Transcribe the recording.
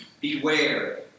Beware